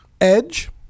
Edge